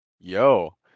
yo